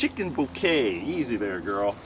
chicken bouquets easy there girl